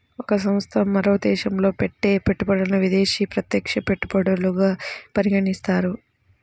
ఒక సంస్థ మరో దేశంలో పెట్టే పెట్టుబడులను విదేశీ ప్రత్యక్ష పెట్టుబడులుగా పరిగణిస్తారు